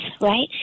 right